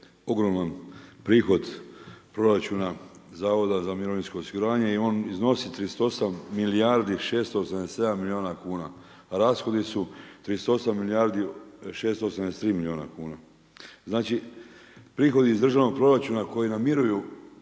ogroman prihod proračuna HZMO i on iznosi 38 milijardi 687 milijuna kuna. Rashodi su 38 milijardi 683 milijuna kuna. Znači prihodi iz državnog proračuna koji namiruju